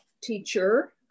teacher